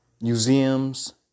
museums